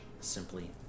simply